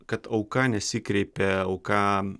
kad auka nesikreipia auka